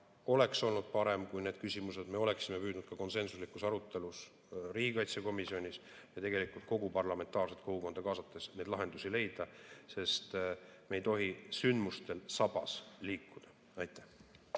Oleks olnud parem, kui me neid küsimusi oleksime püüdnud lahendada konsensuslikus arutelus riigikaitsekomisjonis ja tegelikult kogu parlamentaarset kogukonda kaasates lahendusi leida, sest me ei tohi sündmustel sabas liikuda. Aitäh!